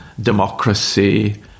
democracy